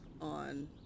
on